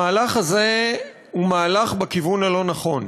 המהלך הזה הוא מהלך בכיוון הלא-נכון.